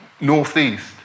northeast